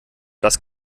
das